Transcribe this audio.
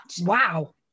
Wow